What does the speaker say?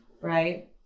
right